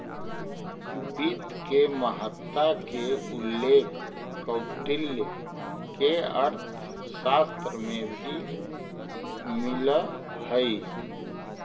वित्त के महत्ता के उल्लेख कौटिल्य के अर्थशास्त्र में भी मिलऽ हइ